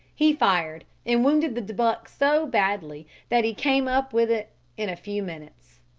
he fired, and wounded the buck so badly that he came up with it in a few minutes.